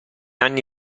anni